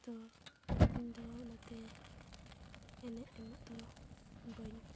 ᱛᱚ ᱤᱧᱫᱚ ᱚᱱᱟᱛᱮ ᱮᱱᱮᱡ ᱮᱢᱚᱜ ᱫᱚ ᱵᱟᱹᱧ